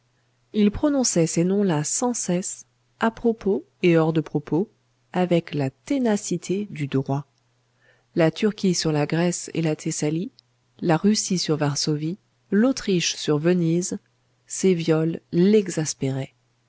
il prononçait ces noms là sans cesse à propos et hors de propos avec la ténacité du droit la turquie sur la grèce et la thessalie la russie sur varsovie l'autriche sur venise ces viols